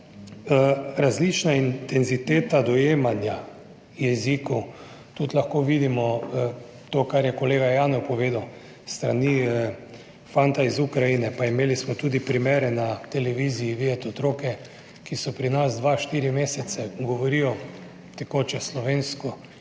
različna intenziteta dojemanja jezikov, lahko vidimo tudi to, kar je kolega Janev povedal s strani fanta iz Ukrajine, pa imeli smo tudi primere na televiziji, videli otroke, ki so pri nas dva, štiri mesece, govorijo tekoče slovensko